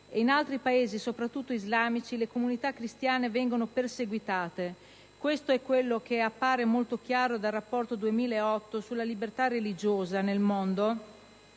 e in altri Paesi, soprattutto islamici, le comunità cristiane vengono perseguitate: questo è quanto appare molto chiaramente dal Rapporto 2008 sulla libertà religiosa nel mondo,